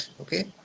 Okay